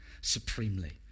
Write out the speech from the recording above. supremely